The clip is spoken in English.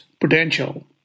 potential